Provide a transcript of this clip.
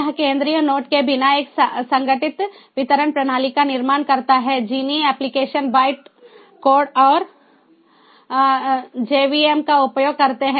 यह केंद्रीय नोड के बिना एक संगठित वितरण प्रणाली का निर्माण करता है जिनि एप्लीकेशन बाइट कोड और जेवीएम का उपयोग करते हैं